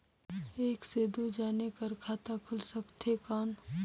एक से दो जने कर खाता खुल सकथे कौन?